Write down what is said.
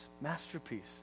masterpiece